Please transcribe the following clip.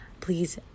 please